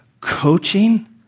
coaching